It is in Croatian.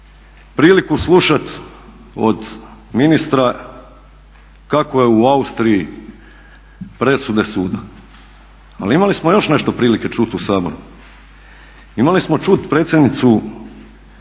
priliku slušati od ministra kako je u Austriji presuda suda, ali imali smo još nešto prilike čuti u Saboru. imali smo čuti predsjednicu